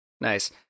nice